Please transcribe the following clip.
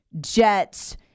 jets